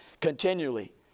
continually